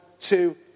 two